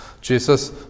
Jesus